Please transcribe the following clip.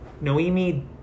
Noemi